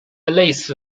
类似